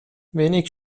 wenig